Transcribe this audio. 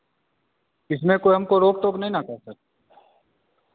इसमें कोई हमको रोक टोक नहीं न कर सर